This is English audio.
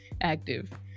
active